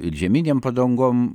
ir žieminėm padangom